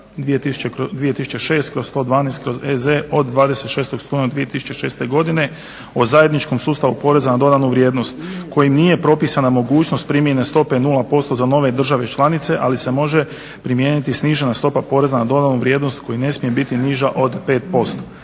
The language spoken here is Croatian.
od 26.studenog 2006.godine o zajedničkog sustava poreza na dodanu vrijednost kojim nije propisana mogućnost primjene stope nula posto za nove države članice ali se može primijeniti snižena stopa poreza na dodanu vrijednost koji ne smije biti niža od 5%.